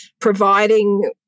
providing